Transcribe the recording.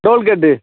tollgate